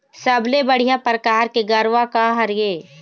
सबले बढ़िया परकार के गरवा का हर ये?